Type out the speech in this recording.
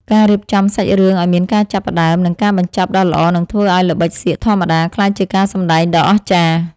ការរៀបចំសាច់រឿងឱ្យមានការចាប់ផ្តើម និង ការបញ្ចប់ដ៏ល្អនឹងធ្វើឱ្យល្បិចសៀកធម្មតាក្លាយជាការសម្តែងដ៏អស្ចារ្យ។